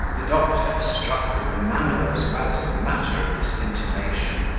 the doctor, struck with the manner as well as the matter of this intimation,